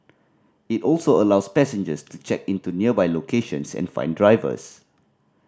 it also allows passengers to check in to nearby locations and find drivers